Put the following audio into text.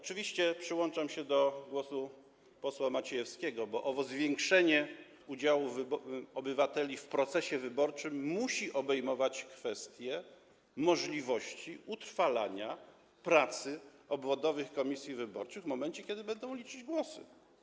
Oczywiście przyłączam się do głosu posła Maciejewskiego, bo owo zwiększenie udziału obywateli w procesie wyborczym musi obejmować kwestie możliwości utrwalania pracy obwodowych komisji wyborczych, w momencie kiedy będą liczyć głosy.